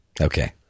Okay